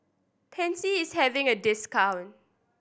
Pansy is having a discount